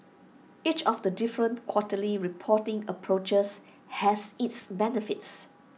each of the different quarterly reporting approaches has its benefits